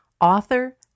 author